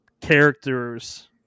characters